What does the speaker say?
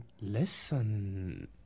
Listen